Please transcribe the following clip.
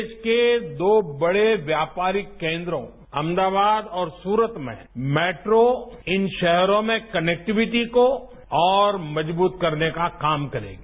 देश के दो बड़े व्यापारिक केन्द्रों अहमदाबाद और सूरत में मेट्रो इन शहरों में कनैक्टिविटी को और मजबूत करने का काम करेगी